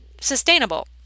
sustainable